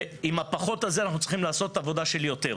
ועם הפחות הזה אנחנו צריכים לעשות עבודה של יותר.